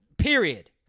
Period